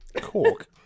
Cork